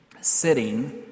sitting